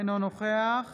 אינו נוכח